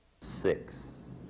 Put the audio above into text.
Six